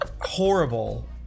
Horrible